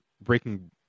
Breaking